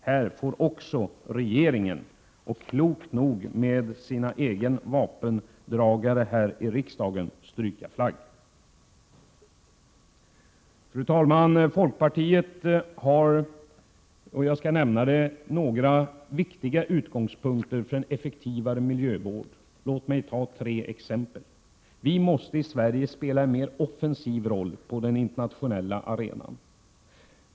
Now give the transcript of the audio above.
Också på denna punkt får regeringen — och klokt nog tillsammans med sina egna vapendragare här i riksdagen — stryka flagg. Fru talman! Folkpartiet har några viktiga utgångspunkter för en effektivare miljövård. Låt mig nämna tre exempel. Vi måste i Sverige spela en mer offensiv roll på den internationella arenan.